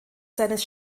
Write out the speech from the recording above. seines